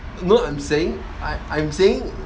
no I'm saying I I'm saying